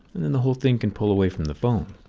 then the whole thing can pull away from the phone.